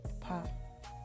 pop